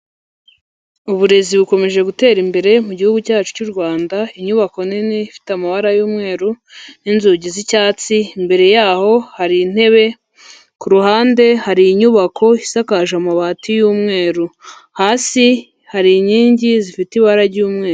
Uburezi bukomeje gutera imbere mu Gihugu cyacu cy'u Rwanda, inyubako nini ifite amabara y'umweru n'inzugi z'icyatsi, imbere yaho hari intebe, ku ruhande hari inyubako isakaje amabati y'umweru, hasi hari inkingi zifite ibara ry'umweru.